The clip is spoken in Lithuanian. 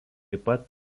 pat